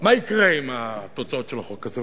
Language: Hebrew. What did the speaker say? מה יקרה עם התוצאות של החוק הזה?